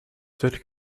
that